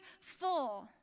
full